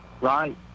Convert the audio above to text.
right